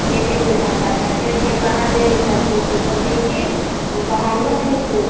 गेटे पे रहता था गेट से बाहर नहीं निकलती थी बोलती कि बाहर मत निकलो